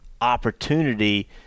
opportunity